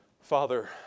Father